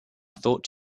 thought